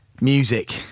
Music